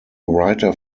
writer